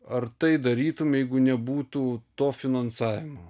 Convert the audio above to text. ar tai darytum jeigu nebūtų to finansavimo